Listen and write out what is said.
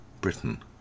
Britain